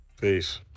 Peace